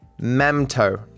Mamto